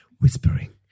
whispering